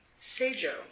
Seijo